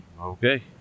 Okay